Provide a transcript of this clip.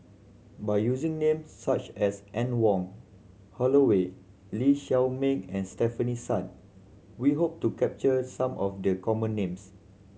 by using names such as Anne Wong Holloway Lee Shao Meng and Stefanie Sun we hope to capture some of the common names